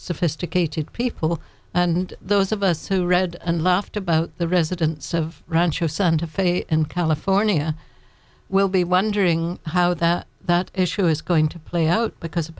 sophisticated people and those of us who read and laughed about the residents of rancho santa fe in california will be wondering how the that issue is going to play out because